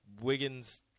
Wiggins